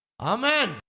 Amen